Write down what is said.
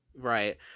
right